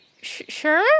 Sure